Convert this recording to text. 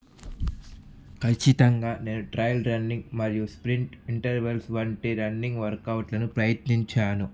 ఖచ్చితంగా నేను trail running మరియు స్ప్రింట్ ఇంటర్వెల్స్ వంటి రన్నింగ్ వర్కౌట్లను ప్రయత్నించాను